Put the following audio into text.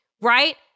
right